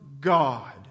God